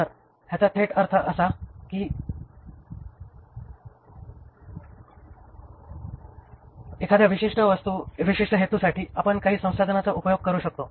तर याचा थेट अर्थ असा कि एखाद्या विशिष्ट हेतूसाठी आपण काही संसाधनांचा उपयोग करू शकतो